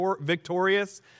victorious